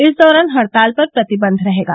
इस दौरान हड़ताल पर प्रतिबंध रहेगा